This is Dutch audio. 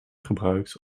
gebruikt